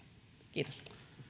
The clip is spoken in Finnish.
kiitos